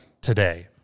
today